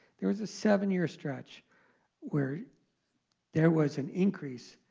there was a seven year stretch where there was an increase,